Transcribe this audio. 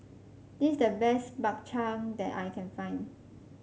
this is the best Bak Chang that I can find